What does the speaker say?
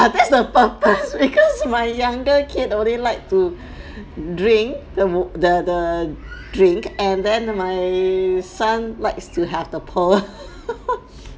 that's the purpose because my younger kid only like to drink the the the drink and then my son likes to have the pearl